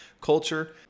culture